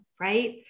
right